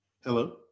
hello